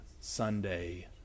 Sunday